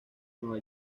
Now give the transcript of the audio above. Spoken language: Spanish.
nueva